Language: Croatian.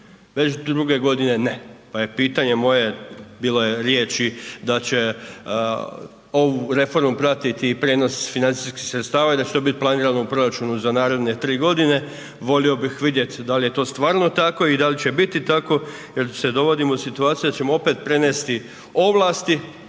Već druge godine ne. Pa je pitanje moje, bilo je riječi da će ovu reformu pratiti i prijenos financijskih sredstava i da će to biti planirano u proračuna za naredne 3 godine, volio bih vidjeti da li je to stvarno tako i da li će biti tako jer se dovodimo u situaciju da ćemo opet prenesti ovlasti,